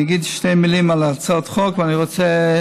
אני אגיד שתי מילים על הצעות החוק, ואני רוצה,